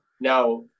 Now